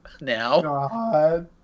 now